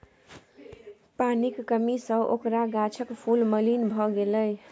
पानिक कमी सँ ओकर गाछक फूल मलिन भए गेलै